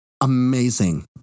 amazing